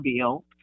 bill